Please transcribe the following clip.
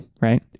right